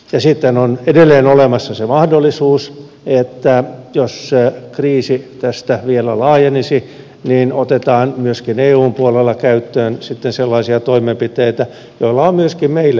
sitten on edelleen olemassa se mahdollisuus että jos kriisi tästä vielä laajenisi niin otetaan myöskin eun puolella käyttöön sellaisia toimenpiteitä joilla on myöskin meille ulottuvia kustannuksia